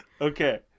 okay